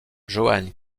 johan